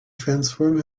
transform